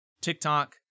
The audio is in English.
TikTok